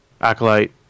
Acolyte